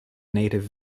native